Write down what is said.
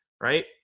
Right